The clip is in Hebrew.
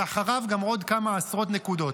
ואחריו עוד כמה עשרות נקודות.